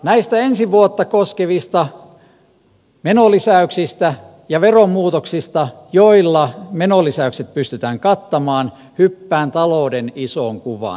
näistä ensi vuotta koskevista menolisäyksistä ja veronmuutoksista joilla menolisäykset pystytään kattamaan hyppään talouden isoon kuvaan